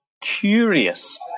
curious